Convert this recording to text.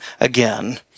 again